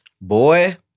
Boy